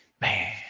Man